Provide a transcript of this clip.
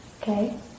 Okay